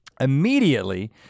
Immediately